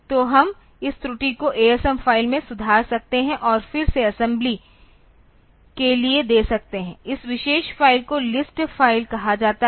तो हम इस त्रुटि को asm फ़ाइल में सुधार सकते हैं और फिर से असेंबली के लिए दे सकते हैं इस विशेष फ़ाइल को लिस्ट फ़ाइल कहा जाता है